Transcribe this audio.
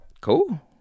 cool